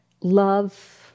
love